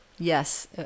Yes